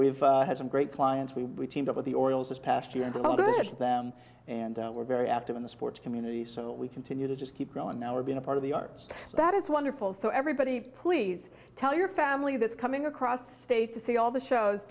we've had some great clients we teamed up with the orioles this past year and the decision and we're very active in the sports community so we continue to just keep growing our being a part of the arts that is wonderful so everybody please tell your family that's coming across the state to see all the shows